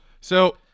So-